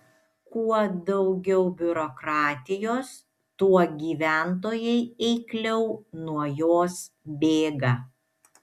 kuo daugiau biurokratijos tuo gyventojai eikliau nuo jos bėga